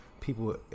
people